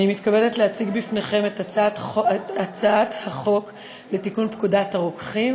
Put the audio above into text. אני מתכבדת להציג בפניכם את הצעת החוק לתיקון פקודת הרוקחים